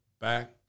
back